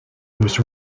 was